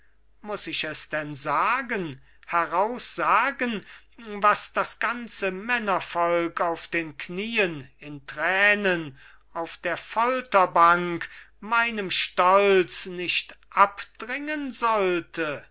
muß ich es denn sagen heraussagen was das ganze männervolk auf den knien in tränen auf der folterbank meinem stolz nicht abdringen sollte